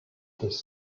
this